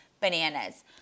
bananas